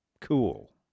cool